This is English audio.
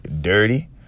dirty